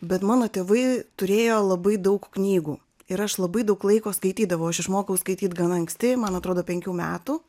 bet mano tėvai turėjo labai daug knygų ir aš labai daug laiko skaitydavau aš išmokau skaityt gana anksti man atrodo penkių metų